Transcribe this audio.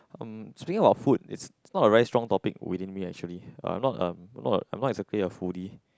um speaking about food it's not a very strong topic within me actually uh not a I am not exactly a foodie